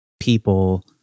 people